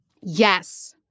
Yes